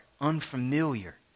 unfamiliar